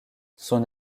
son